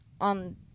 on